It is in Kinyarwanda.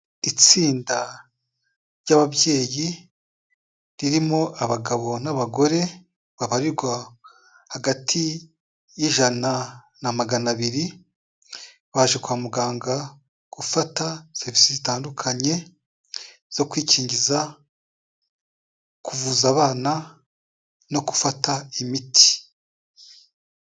Itsinda ry'ababyeyi ririmo abagabo n'abagore babarirwa hagati y'ijana na magana abiri baje kwa muganga gufata serivisi zitandukanye zo kwikingiza, kuvuza abana no gufata imiti.